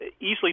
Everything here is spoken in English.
easily